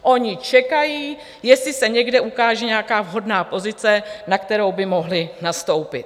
Oni čekají, jestli se někde ukáže nějaká vhodná pozice, na kterou by mohli nastoupit.